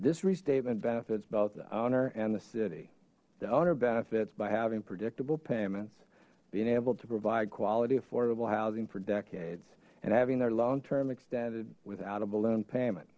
owner and the city the owner benefits by having predictable payments being able to provide quality affordable housing for decades and having their long term extended without a balloon payment